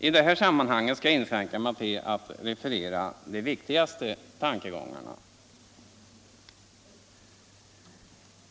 I detta sammanhang skall jag inskränka mig till att referera de viktigaste tankegångarna.